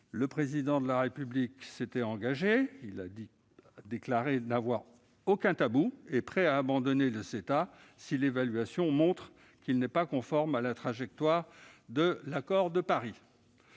Le Président de la République s'est engagé : il a déclaré n'avoir « aucun tabou » et être prêt à abandonner le CETA « si l'évaluation montre qu'il n'est pas conforme à la trajectoire de l'accord de Paris